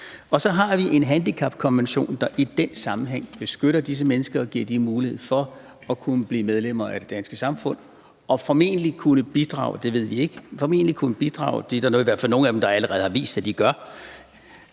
Og så har vi en handicapkonvention, der i den sammenhæng beskytter disse mennesker og giver dem mulighed for at blive medlemmer af det danske samfund og formentlig kunne bidrage – det ved vi ikke, men det er der i hvert fald nogle af dem der allerede har vist at de gør